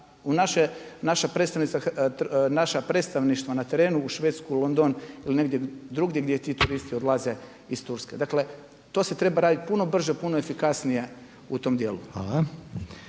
naša predstavništva na terenu u Švedsku, London ili negdje drugdje gdje ti turisti odlaze iz Turske. Dakle, to se treba raditi puno brže, puno efikasnije u tom djelu.